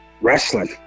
wrestling